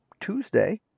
Tuesday